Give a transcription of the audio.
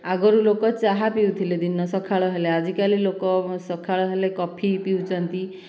ଆଗରୁ ଲୋକ ଚାହା ପିଉଥିଲେ ଦିନ ସକାଳ ହେଲେ ଆଜିକାଲି ଲୋକ ସକାଳ ହେଲେ କଫି ପିଉଛନ୍ତି